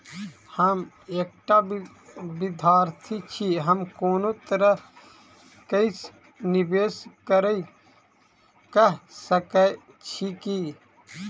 हम एकटा विधार्थी छी, हम कोनो तरह कऽ निवेश कऽ सकय छी की?